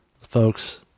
folks